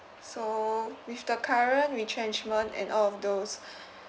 so with the current retrenchment and all of those